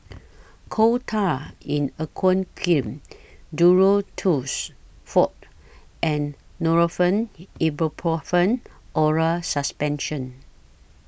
Coal Tar in Aqueous Cream Duro Tuss Forte and Nurofen Ibuprofen Oral Suspension